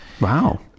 Wow